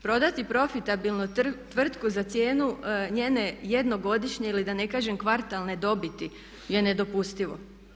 Prodati profitabilnu tvrtku za cijenu njene jednogodišnje ili da ne kažem kvartalne dobiti je nedopustivo.